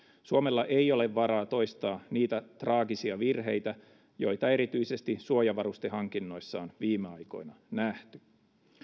suomella ei ole varaa toistaa niitä traagisia virheitä joita erityisesti suojavarustehankinnoissa on viime aikoina nähty